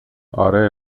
اره